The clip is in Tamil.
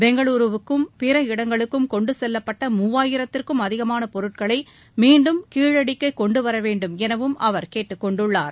பெங்களுருவுக்கும் பிற இடங்களுக்கும் கொண்டு செல்லப்பட்ட மூவாயிரத்திற்கும் அதிகமான பொருட்களை மீண்டும் கீழடிக்கே கொண்டு வரவேண்டும் எனவும் அவர் கேட்டுக் கொண்டுள்ளார்